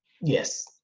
Yes